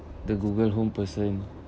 the google home person